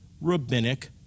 rabbinic